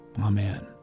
Amen